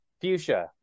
fuchsia